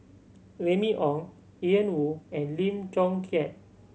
Remy Ong Ian Woo and Lim Chong Keat